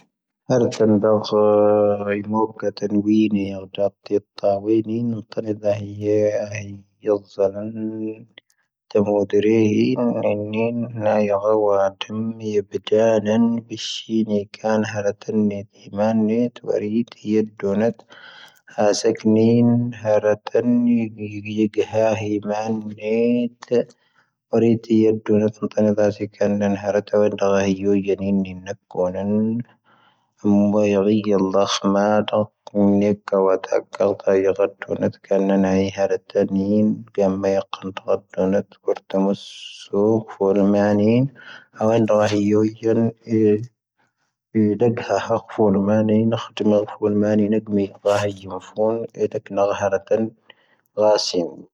ⴰⵎ ⵎⵡⴰⵢⵉ ⵢⵉ ⴰⵍⵍⴰⵀ ⴽⵀⵎⴰⴰ ⴷⴰ ⴽⵓⵎ ⵏⵉⴽⴰ ⵡⴰ ⴷⴰ ⴽⴰⵜⴰ ⵢⵉ ⵔⴰⵜⵀⵓⵏⴰⵜ, ⴽⴰⵏⵏⴰ ⵏⴰⵉ ⵀⴰⵔⴰⵜⴰⵏⴻⴻⵏ,. ⴳⴰⵎⵎⴰ ⵢⵉ ⴽⴰⵏⴷⴰ ⵔⴰⵜⵀⵓⵏⴰⵜ, ⴽⵓⵔ ⵜⴰⵎⵓⵙⵓⴽ ⴼⵓⵓⵍ ⵎⴰⵏⴻⴻⵏ,. ⴰⵡⴰⵏ ⵔⴰⵀⵉ ⵢoⵢⴻⵏ, ⵢⵉ ⵍⴰⴳⵀⴰⴰⵇ ⴼⵓⵓⵍ ⵎⴰⵏⴻⴻⵏ,. ⴽⵀⴷⵎⵉⵍ ⴼⵓⵓⵍ ⵎⴰⵏⴻⴻⵏ, ⵏⴳⵎⵉⴽ ⵔⴰⵀⵉ ⵢⵉ ⵎⴰⴼooⵏ, ⵢⵉ ⵍⴰⴳⵏⴰⴰ ⵀⴰⵔⴰⵜⴰⵏⴻⴻⵏ, ⵔⴰⵙⵉⵏ.